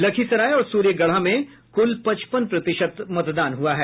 लखीसराय और सूर्यगढ़ा में कुल पचपन प्रतिशत मतदान हुआ है